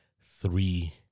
three